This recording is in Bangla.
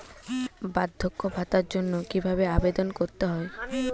বার্ধক্য ভাতার জন্য কিভাবে আবেদন করতে হয়?